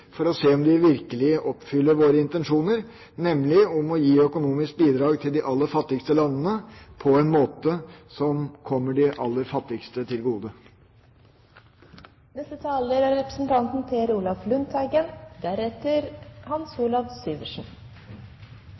for å se om de virkelig oppfyller våre intensjoner, nemlig å gi økonomisk bidrag til de aller fattigste landene på en måte som kommer de aller fattigste til